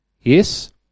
Yes